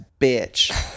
bitch